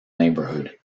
neighbourhood